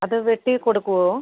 അത് വെട്ടി കൊടുക്കുവോ